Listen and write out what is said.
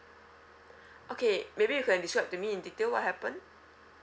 okay maybe you can describe to me in detail what happened